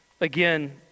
Again